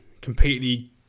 completely